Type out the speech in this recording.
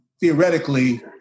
theoretically